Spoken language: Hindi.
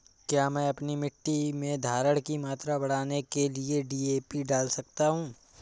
क्या मैं अपनी मिट्टी में धारण की मात्रा बढ़ाने के लिए डी.ए.पी डाल सकता हूँ?